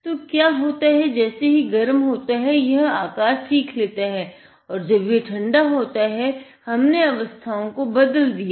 तो क्या होता है जैसे ही गर्म होता है यह आकार सीख लेता है और जब यह ठंडा होता है हमने अवस्थाओ को बदल दिया है